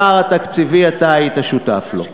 הפער התקציבי, אתה היית שותף לו.